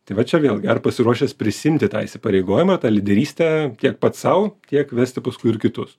tai va čia vėlgi ar pasiruošęs prisiimti tą įsipareigojimą tą lyderystę tiek pats sau tiek vesti paskui ir kitus